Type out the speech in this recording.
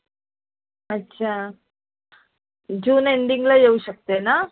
अच्छा जून एंडिंगला येऊ शकते ना